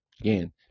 again